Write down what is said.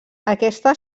aquesta